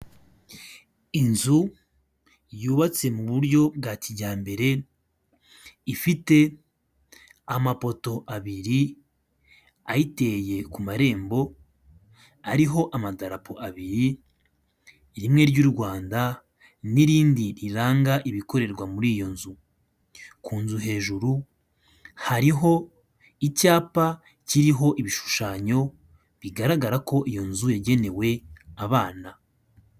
Inzu yubatse mu buryo bwa kijyambere, ifite amapoto abiri ayiteye ku marembo ariho amadarapo abiri rimwe ry'u Rwanda n'irindi riranga ibikorerwa muri iyo nzu, ku nzu hejuru hariho icyapa kiriho ibishushanyo bigaragara ko iyo nzu yagenewe abana.